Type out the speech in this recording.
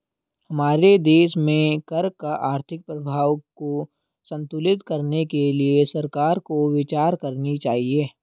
हमारे देश में कर का आर्थिक प्रभाव को संतुलित करने के लिए सरकार को विचार करनी चाहिए